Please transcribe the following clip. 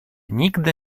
nigdy